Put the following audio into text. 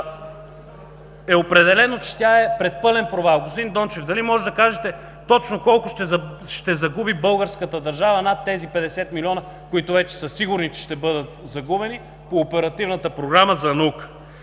е определено, че тя е пред пълен провал. Господин Дончев, дали можете да кажете точно колко ще загуби българската държава над тези 50 млн. лв., които вече са сигурни, че ще бъдат загубени по Оперативната програма за наука?